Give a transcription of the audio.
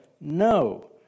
No